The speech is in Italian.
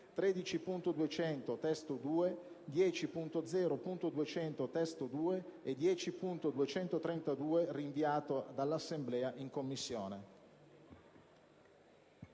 13.200 (testo 2), 10.0.200 (testo 2) e 10.232 rinviato dall'Assemblea in Commissione».